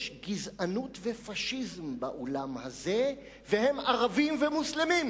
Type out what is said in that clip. יש גזענות ופאשיזם בעולם הזה והם ערביים ומוסלמיים,